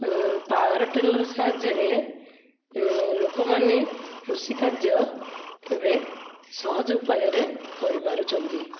power tiller ସାହାଯ୍ୟରେ ଲୋକମାନେ କୃଷି କାର୍ଯ୍ୟ ଏବେ ସହଜ ଉପାୟରେ କରିପାରୁଛନ୍ତି